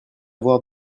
voir